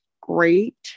Great